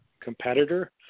competitor